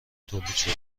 تولیدشده